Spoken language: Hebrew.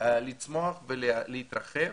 לצמוח ולהתרחב,